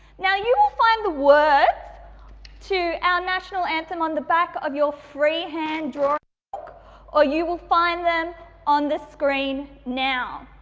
now, you will find the words to our national anthem on the back of your freehand drawing or you will find them on the screen now.